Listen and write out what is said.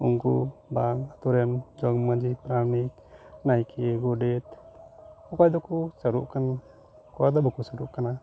ᱩᱱᱠᱩ ᱵᱟᱝ ᱟᱹᱛᱩ ᱨᱮᱱ ᱡᱚᱜᱽ ᱢᱟᱺᱡᱷᱤ ᱯᱟᱨᱟᱱᱤᱠ ᱱᱟᱭᱠᱮ ᱜᱚᱰᱮᱛ ᱚᱠᱚᱭ ᱫᱚᱠᱚ ᱥᱳᱨᱳᱜ ᱠᱟᱱᱟ ᱚᱠᱚᱭ ᱫᱚ ᱵᱟᱠᱚ ᱥᱳᱨᱳᱜ ᱠᱟᱱᱟ